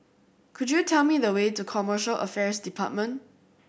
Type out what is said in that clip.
could you tell me the way to Commercial Affairs Department